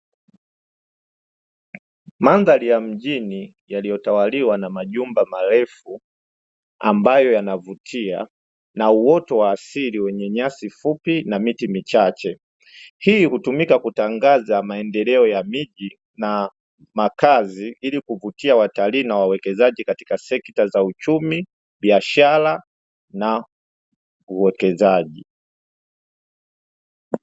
Mandhari ya mjini, yaliyotawaliwa na majumba marefu, ambayo yanavutia na uoto wa asili wenye nyasi fupi na miti michache, hii hutumika kutangaza maendeleo ya miji na makazi, ili kuvutia watalii wawekezaji katika sekta ya uchumi, biashara na uwekezaji.